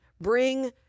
bring